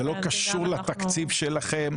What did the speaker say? זה לא קשור לתקציב שלכם,